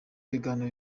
ibiganiro